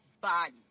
body